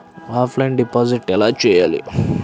Offline deposit ఎలా చేయాలి?